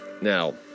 Now